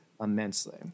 immensely